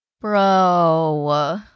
Bro